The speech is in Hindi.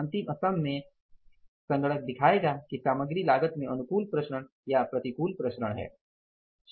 अंतिम स्तम्भ में सिस्टम दिखायेगा कि सामग्री लागत में अनुकूल प्रसरण या प्रतिकूल प्रसरण है